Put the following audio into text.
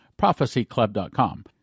prophecyclub.com